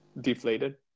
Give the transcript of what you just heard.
deflated